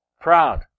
Proud